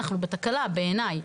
אנחנו בתקלה בעיניי.